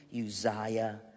Uzziah